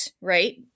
right